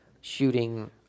shooting